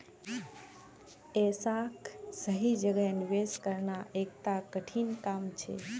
ऐसाक सही जगह निवेश करना एकता कठिन काम छेक